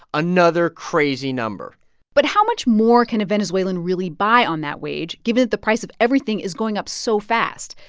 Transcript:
another crazy number but how much more can a venezuelan really buy on that wage given that the price of everything is going up so fast?